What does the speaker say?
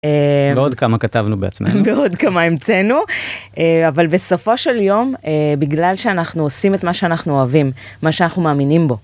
עוד כמה כתבנו בעצמנו עוד כמה המצאנו אבל בסופו של יום בגלל שאנחנו עושים את מה שאנחנו אוהבים מה שאנחנו מאמינים בו.